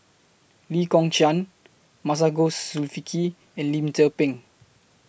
Lee Kong Chian Masagos Zulkifli and Lim Tze Peng